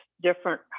different